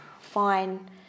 fine